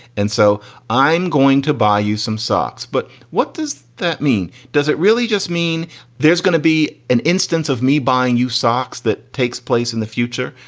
and so i'm going to buy you some socks. but what does that mean? does it really just mean there's going to be an instance of me buying you socks that takes place in the future?